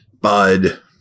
bud